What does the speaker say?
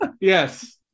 Yes